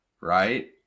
right